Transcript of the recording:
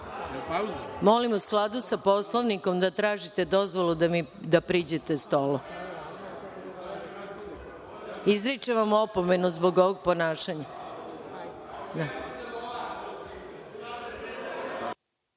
da u skladu sa Poslovnikom tražite dozvolu da priđete stolu. Izričem vam opomenu zbog ovog ponašanja.(Saša